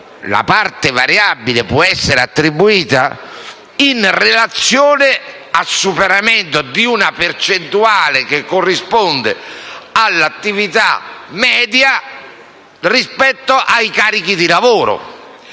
la parte variabile dell'indennità può essere attribuita in relazione al superamento di una percentuale, che corrisponde all'attività media rispetto ai carichi di lavoro.